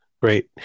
Great